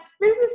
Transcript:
business